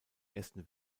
ersten